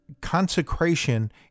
consecration